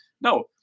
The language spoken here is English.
no